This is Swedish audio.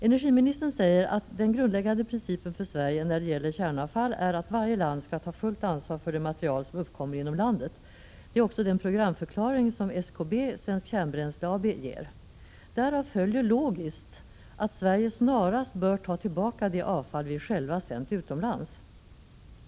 Energiministern säger att den grundläggande principen för Sverige när det gäller kärnavfall är att varje land skall ta fullt ansvar för det material som uppkommer inom landet. Denna programförklaring ger också SKB, Svenskt Kärnbränsle AB. Därav följer logiskt att Sverige snarast bör ta tillbaka det avfall vi själva sänt utomlands.